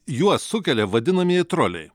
juos sukelia vadinamieji troliai